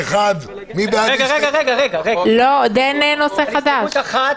מי בעד הסתייגות --- לא, עוד אין נושא חדש.